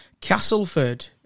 Castleford